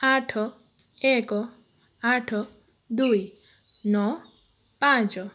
ଆଠ ଏକ ଆଠ ଦୁଇ ନଅ ପାଞ୍ଚ